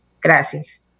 gracias